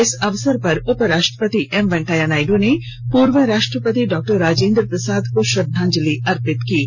इस अवसर पर उपराष्ट्रपति एम वेंकैया नायडू ने पूर्व राष्ट्रपति डॉक्टर राजेंद्र प्रसाद को श्रद्धांजलि अर्पित की है